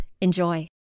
Enjoy